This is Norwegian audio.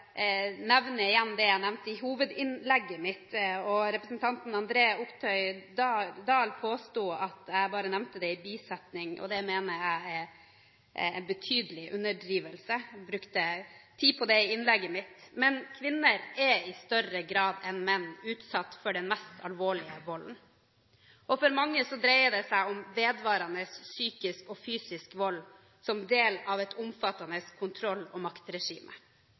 igjen det jeg nevnte i hovedinnlegget mitt – representanten André Oktay Dahl påstod at jeg bare nevnte dette i en bisetning. Det mener jeg er en betydelig underdrivelse. Jeg brukte tid på det i innlegget mitt, men kvinner er i større grad enn menn utsatt for den mest alvorlige volden. For mange dreier det seg om vedvarende psykisk og fysisk vold som del av et omfattende kontroll- og maktregime.